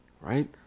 right